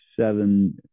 seven